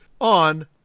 on